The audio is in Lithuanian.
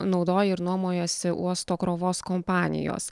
naudoja ir nuomojasi uosto krovos kompanijos